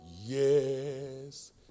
yes